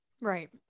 Right